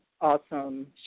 awesome